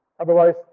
Otherwise